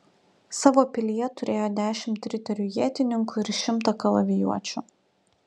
savo pilyje turėjo dešimt riterių ietininkų ir šimtą kalavijuočių